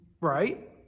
right